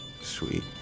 sweet